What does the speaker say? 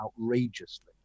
outrageously